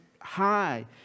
high